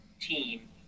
team